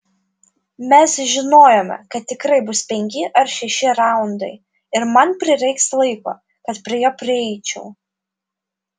mes žinojome kad tikrai bus penki ar šeši raundai ir man prireiks laiko kad prie jo prieičiau